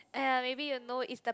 !aiya! maybe you know is the